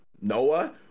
Noah